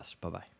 Bye-bye